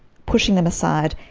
pushing them aside,